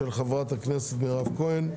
של חברת הכנסת מירב כהן,